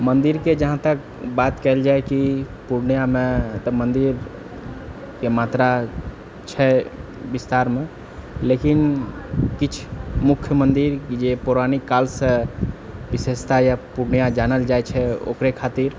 मन्दिरके जहाँ तक बात कएल जाइ कि पूर्णियामे मन्दिरके मात्रा छै विस्तारमे लेकिन किछु मुख्य मन्दिर जे पौराणिक कालसँ विशेषता अइ पूर्णिया जानल जाइ छै ओकरे खातिर